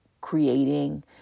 creating